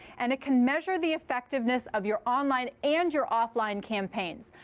and it can measure the effectiveness of your online and your offline campaigns.